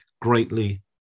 greatly